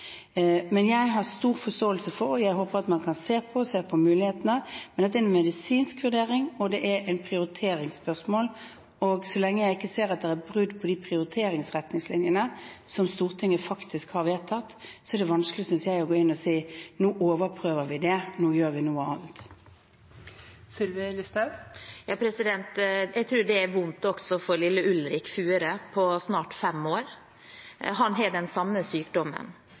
Jeg har stor forståelse for det, og jeg håper at man kan se på det, se på mulighetene, men dette er en medisinsk vurdering, og det er et prioriteringsspørsmål. Så lenge jeg ikke ser at det er et brudd på de prioriteringsretningslinjene som Stortinget faktisk har vedtatt, synes jeg det er vanskelig å gå inn og si at nå overprøver vi det, nå gjør vi noe annet. Jeg tror det også er vondt for lille Ulrik Fure på snart fem år. Han har den samme sykdommen.